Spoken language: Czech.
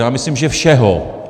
Já myslím, že všeho.